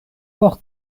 por